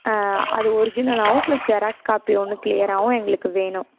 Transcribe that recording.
அது ஒரிஜினலாகவும் plus xerox copy ஒன்று கிளியராகவும் எங்களுக்கு வேணும்